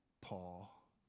Paul